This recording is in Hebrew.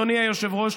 אדוני היושב-ראש,